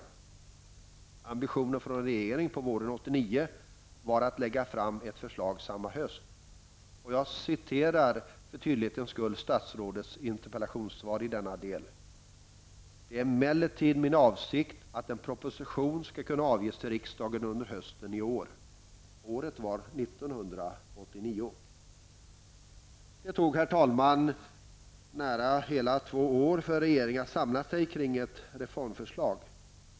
Regeringens ambition på våren 1989 var att lägga fram ett förslag samma höst. Jag citerar för tydlighetens skull ur statsrådets interpellationssvar i denna del: ''Det är emellertid min avsikt att en proposition skall kunna avges till riksdagen under hösten i år.'' Året var Herr talman! Det tog nästan två hela år för regeringen att samla sig kring ett reformförslag.